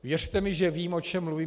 Věřte mi, že vím, o čem mluvím.